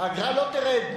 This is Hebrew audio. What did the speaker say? האגרה לא תרד.